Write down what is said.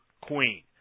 queen